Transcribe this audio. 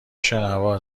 شنوا